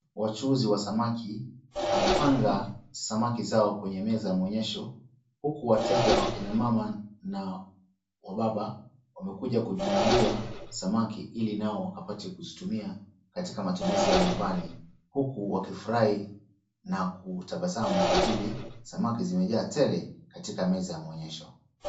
Wachuuzi wa samaki wamepanga samaki zao kwenye meza mwonyesho huku wateja wa kina mama na wababa wamekuja kujinunulia samaki ili nao wakapate kuzitumia katika matumizi yao ya nyumbani huku wakifurahi na kutabasamu kwa ajili samaki zimejaa tele kwenye meza ya mwonyesho.